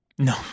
No